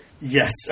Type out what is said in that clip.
Yes